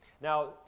Now